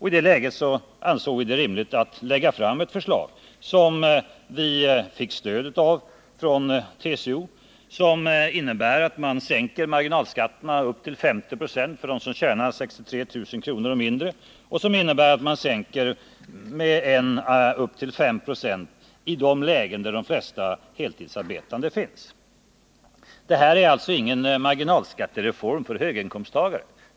I det läget ansåg vi det rimligt att lägga fram ett förslag, som vi fick stöd för från TCO och som innebar sänkning av marginalskatterna så att de begränsades till 50 96 eller lägre upp till 63 000 i årsinkomst och sänktes mellan 1 och 5 procentenheter i de lögen där de flesta heltidsarbetande finns. Det här är alltså ingen marginalskattereform för höginkomsttagare.